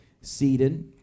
seated